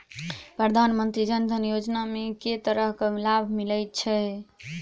प्रधानमंत्री जनधन योजना मे केँ तरहक लाभ मिलय छै?